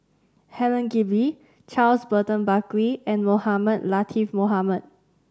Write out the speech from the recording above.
Helen Gilbey Charles Burton Buckley and Mohamed Latiff Mohamed